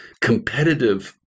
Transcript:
competitive